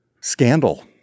scandal